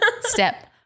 step